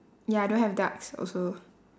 ya I don't have ducks also